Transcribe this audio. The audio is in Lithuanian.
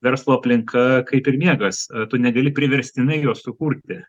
verslo aplinka kaip ir miegas a tu negali priverstinai jo sukurti